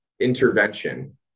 intervention